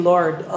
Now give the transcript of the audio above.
Lord